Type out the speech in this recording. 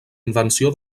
invenció